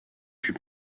fut